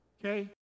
okay